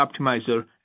Optimizer